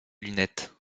lunettes